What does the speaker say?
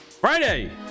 Friday